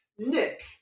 Nick